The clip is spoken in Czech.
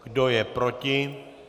Kdo je proti?